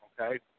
Okay